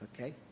Okay